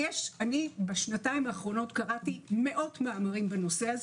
אני בשנתיים האחרונות קראתי מאות מאמרים בנושא.